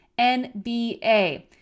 NBA